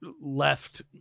left